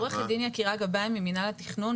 יקירה גבאי, ממנהל התכנון.